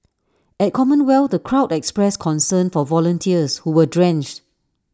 at commonwealth the crowd expressed concern for volunteers who were drenched